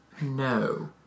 No